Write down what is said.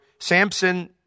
Samson